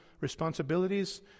responsibilities